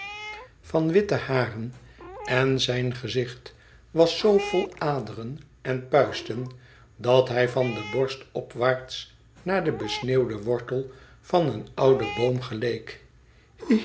van witte haren en zijn gezicht was zoo vol aderen en puisten dat hij van de borst opwaarts naai den besneeuwden wortel van een ouden boom geleek